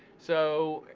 so,